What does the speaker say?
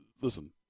listen